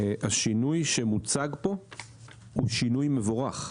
השינוי שמוצג פה הוא שינוי מבורך.